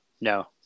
No